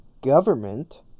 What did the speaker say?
government